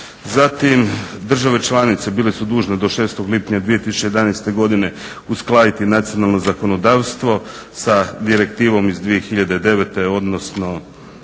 Zatim države članice bile su dužne do 6.lipnja 2011.godine uskladiti nacionalno zakonodavstvo sa direktivom iz 2009.godine